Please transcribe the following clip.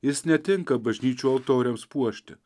jis netinka bažnyčių altoriams puošti